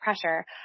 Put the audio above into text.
pressure